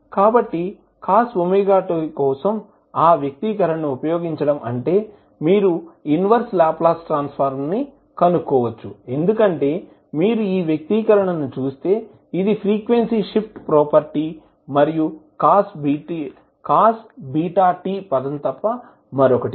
కాబట్టి cos wt కోసం ఆ వ్యక్తీకరణను ఉపయోగించడం అంటే మీరు ఇన్వర్స్ లాప్లాస్ ట్రాన్స్ ఫార్మ్ ని కనుక్కోవచ్చు ఎందుకంటే మీరు ఈ వ్యక్తీకరణను చూస్తే ఇది ఫ్రీక్వెన్సీ షిఫ్ట్ ప్రాపర్టీ మరియు cos βt పదం తప్ప మరొకటి కాదు